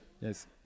yes